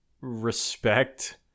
respect